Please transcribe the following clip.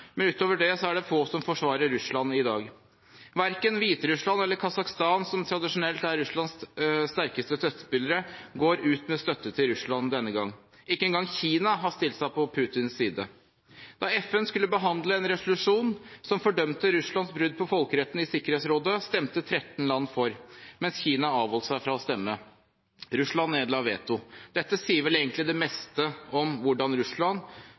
men utover det er det få som forsvarer Russland i dag. Verken Hviterussland eller Kasakhstan, som tradisjonelt er Russlands sterkeste støttespillere, går ut med støtte til Russland denne gang. lkke en gang Kina har stilt seg på Putins side. Da FNs sikkerhetsråd skulle behandle en resolusjon som fordømte Russlands brudd på folkeretten, stemte 13 land for, mens Kina avholdt seg fra å stemme. Russland nedla veto. Dette sier vel egentlig det meste om hvordan Russland